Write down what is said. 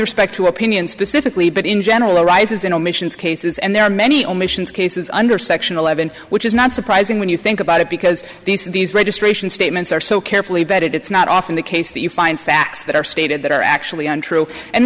respect to opinion specifically but in general arises in omissions cases and there are many omissions cases under section eleven which is not surprising when you think about it because these registration statements are so carefully vetted it's not often the case that you find facts that are stated that are actually untrue and